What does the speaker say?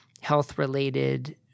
health-related